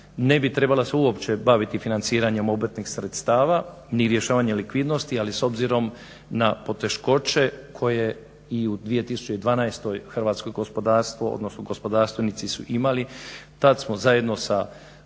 ne bi trebala se uopće baviti financiranjem obrtnih sredstava ni rješavanje likvidnosti, ali s obzirom na poteškoće koje i u 2012. hrvatsko gospodarstvo, odnosno gospodarstvenici su imali. Tad smo zajedno sa poslovnim